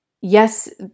Yes